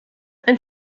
ein